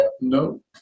No